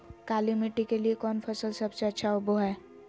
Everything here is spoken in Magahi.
काली मिट्टी के लिए कौन फसल सब से अच्छा होबो हाय?